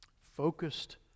Focused